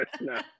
no